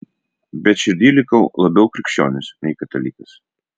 bet širdyj likau labiau krikščionis nei katalikas